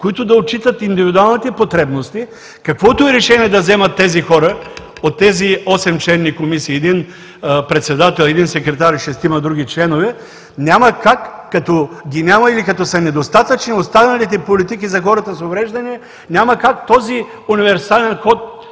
които да отчитат индивидуалните потребности, каквото и решение да вземат тези хора от тези осемчленни комисии – един председател, един секретар и шест други члена, като ги няма или са недостатъчни останалите политики за хората с увреждания, няма как този универсален